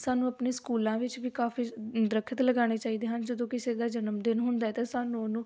ਸਾਨੂੰ ਆਪਣੇ ਸਕੂਲਾਂ ਵਿੱਚ ਵੀ ਕਾਫੀ ਦਰੱਖਤ ਲਗਾਉਣੇ ਚਾਹੀਦੇ ਹਨ ਜਦੋਂ ਕਿਸੇ ਦਾ ਜਨਮ ਦਿਨ ਹੁੰਦਾ ਤਾਂ ਸਾਨੂੰ ਉਹਨੂੰ